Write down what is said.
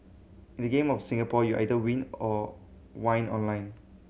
in the Game of Singapore you either win or whine online